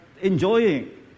enjoying